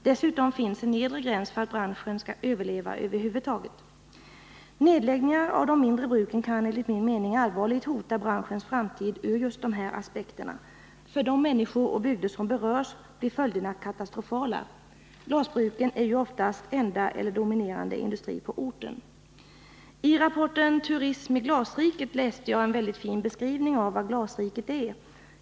Dessutom finns en nedre gräns för att branschen skall överleva över huvud taget. Nedläggningar av de mindre bruken kan enligt min mening ur just dessa aspekter allvarligt hota branschens framtid. För de människor och bygder som berörs blir följderna katastrofala. Glasbruken är ju oftast den enda eller den dominerande industrin på orten. I rapporten Turism i glasriket läste jag en mycket fin beskrivning av vad glasriket är.